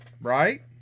Right